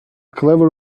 clever